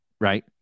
right